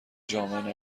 جامعه